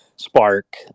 spark